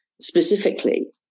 specifically